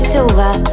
Silver